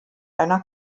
einer